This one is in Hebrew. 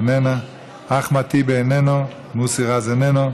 איננה, אחמד טיבי, איננו, מוסי רז, איננו,